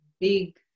big